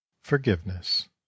FORGIVENESS